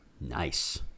Nice